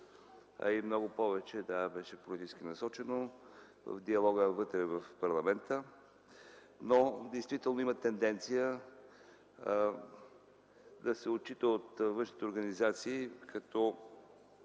а много повече беше политически насочено към диалога вътре в парламента. Действително има тенденция да се отчита от външните организации като